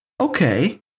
okay